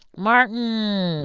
martin,